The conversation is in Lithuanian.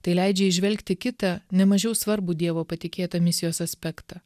tai leidžia įžvelgti kitą ne mažiau svarbų dievo patikėtą misijos aspektą